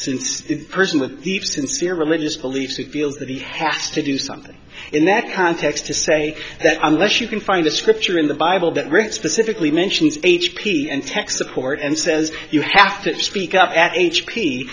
since person with sincere religious beliefs who feels that he has to do something in that context to say that unless you can find a scripture in the bible that rick specifically mentions h p and tech support and says you have to speak up at h p